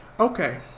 Okay